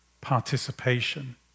participation